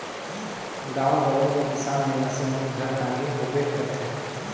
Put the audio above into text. गाँव गंवई मे किसान मइनसे मन घर टागी होबे करथे